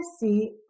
see